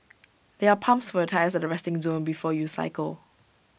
there are pumps for your tyres at the resting zone before you cycle